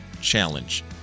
challenge